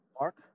Mark